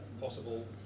possible